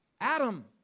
Adam